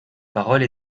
parole